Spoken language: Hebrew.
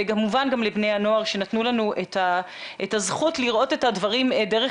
וכמובן גם לבני הנוער שנתנו לנו את הזכות לראות את הדברים דרך